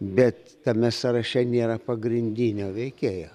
bet tame sąraše nėra pagrindinio veikėjo